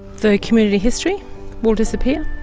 the community history will disappear.